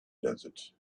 desert